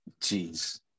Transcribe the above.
Jeez